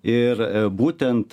ir būtent